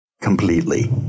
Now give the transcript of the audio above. completely